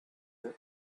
him